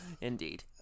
indeed